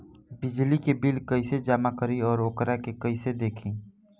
बिजली के बिल कइसे जमा करी और वोकरा के कइसे देखी?